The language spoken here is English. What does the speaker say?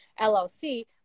LLC